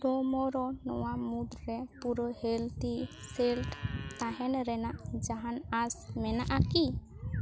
ᱴᱩᱢᱳᱨᱳ ᱱᱚᱣᱟ ᱢᱩᱫ ᱨᱮ ᱯᱳᱨᱳ ᱦᱮᱞᱛᱷᱤ ᱥᱮᱞᱴ ᱛᱟᱦᱮᱱ ᱨᱮᱱᱟᱜ ᱡᱟᱦᱟᱱ ᱟᱸᱥ ᱢᱮᱱᱟᱜᱼᱟ ᱠᱤ